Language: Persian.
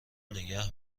نگه